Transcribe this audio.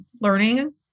learning